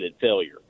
failure